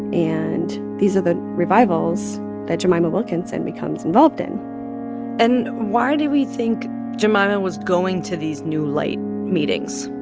and these are the revivals that jemima wilkinson becomes involved in and why do we think jemima was going to these new light meetings?